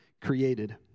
created